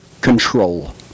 control